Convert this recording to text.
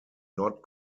not